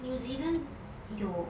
new zealand 有